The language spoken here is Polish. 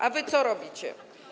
A wy co robicie?